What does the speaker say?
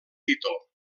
títol